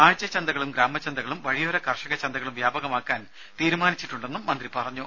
ആഴ്ചചന്തകളും ഗ്രാമചന്തകളും വഴിയോര കർഷക ചന്തകളും വ്യാപകമാക്കാൻ തീരുമാനിച്ചിട്ടുണ്ടെന്നും മന്ത്രി പറഞ്ഞു